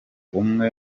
umwe